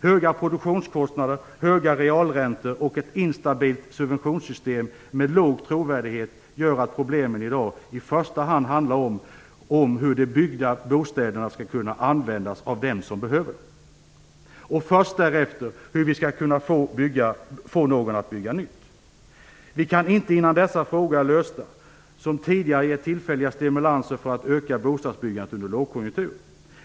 Höga produktionskostnader, höga realräntor och ett instabilt subventionssystem med låg trovärdighet gör att problemen i dag i första hand handlar om hur de byggda bostäderna skall kunna användas av dem som behöver dem, och först därefter om hur vi skall få någon att bygga nytt. Vi kan inte - innan dessa frågor är lösta - som tidigare ge tillfälliga stimulanser för att öka bostadsbyggandet under lågkonjunktur.